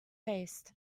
faced